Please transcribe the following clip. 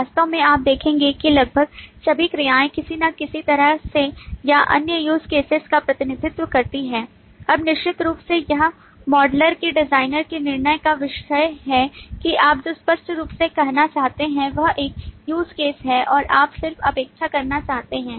वास्तव में आप देखेंगे कि लगभग सभी क्रियाएं किसी न किसी तरह से या अन्य use cases का प्रतिनिधित्व करती हैं अब निश्चित रूप से यह मॉडलर के डिजाइनर के निर्णय का विषय है कि आप जो स्पष्ट रूप से कहना चाहते हैं वह एक use case है और आप सिर्फ उपेक्षा करना चाहते हैं